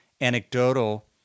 anecdotal